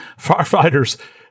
Firefighters